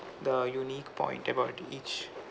the unique point about each